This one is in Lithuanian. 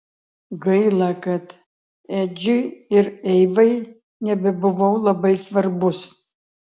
gaila kad edžiui ir eivai nebebuvau labai svarbus